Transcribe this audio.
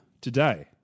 Today